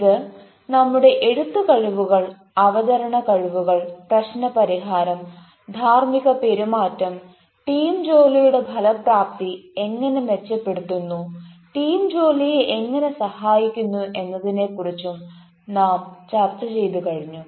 ഇത് നമ്മുടെ എഴുത്ത് കഴിവുകൾ അവതരണ കഴിവുകൾ പ്രശ്ന പരിഹാരം ധാർമ്മിക പെരുമാറ്റം ടീം ജോലിയുടെ ഫലപ്രാപ്തി എങ്ങനെ മെച്ചപ്പെടുത്തുന്നു ടീം ജോലിയെ എങ്ങനെ സഹായിക്കുന്നു എന്നതിനെക്കുറിച്ചും നാം ചർച്ചചെയ്തു കഴിഞ്ഞു